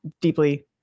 deeply